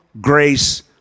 grace